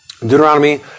Deuteronomy